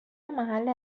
محل